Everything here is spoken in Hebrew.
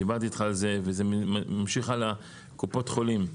דיברתי איתך על זה וזה ממשיך הלאה, קופות חולים,